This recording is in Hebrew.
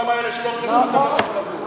למה אלה שלא רוצים להתחתן לא יכולים לגור?